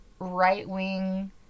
right-wing